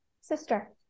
sister